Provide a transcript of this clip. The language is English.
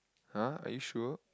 !huh! are you sure